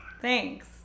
Thanks